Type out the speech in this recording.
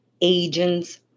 agents